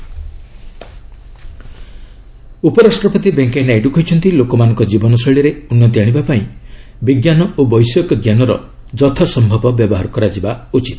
VP IIT ଉପରାଷ୍ଟପତି ଭେଙ୍କିୟାନାଇଡ଼ କହିଛନ୍ତି ଲୋକମାନଙ୍କ ଜୀବନ ଶୈଳୀରେ ଉନ୍ନତି ଆଣିବା ପାଇଁ ବିଜ୍ଞାନ ଓ ବୈଷୟିକ ଜ୍ଞାନର ଯଥାସ୍ୟବ ବ୍ୟବହାର କରାଯିବା ଉଚିତ